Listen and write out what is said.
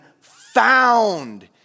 found